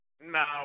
No